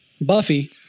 Buffy